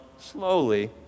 slowly